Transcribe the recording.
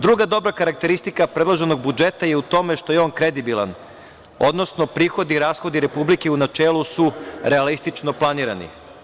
Druga dobra karakteristika predloženog budžeta je u tome što je on kredibilan, odnosno prihodi i rashodi Republike u načelu su realistično planirani.